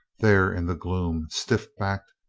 there in the gloom, stiff-backed,